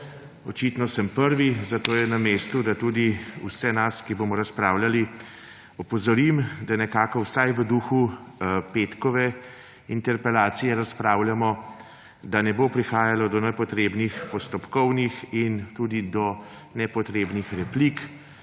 Očitno sem prvi, zato je na mestu, da tudi vse nas, ki bomo razpravljali, opozorim, da razpravljamo nekako vsaj v duhu petkove interpelacije, da ne bo prihajalo do nepotrebnih postopkovnih in tudi do nepotrebnih replik.